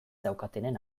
daukatenen